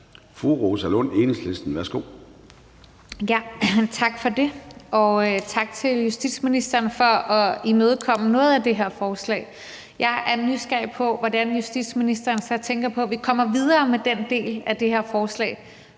Fru Rosa Lund, Enhedslisten. Værsgo. Kl. 13:10 Rosa Lund (EL): Tak for det, og tak til justitsministeren for at imødekomme noget af det her forslag. Jeg er nysgerrig efter at høre, hvordan justitsministeren så tænker at vi kommer videre med den del af det her forslag,